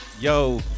Yo